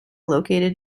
located